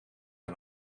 aan